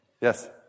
Yes